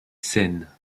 scènes